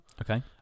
Okay